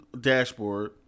dashboard